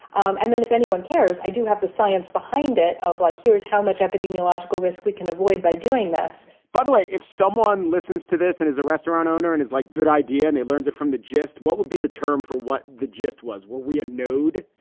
um and then if anyone cares, i do have the science. kind it of like here's how much epidemiological risk we can avoid by doing this by the way, if someone listens to this and is a restaurant owner and is like, good idea, and they learned it from the gist, what would be the term for what the gist was? were we a node?